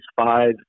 five